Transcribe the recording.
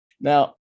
Now